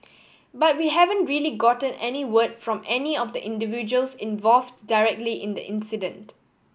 but we haven't really gotten any word from any of the individuals involve directly in the incident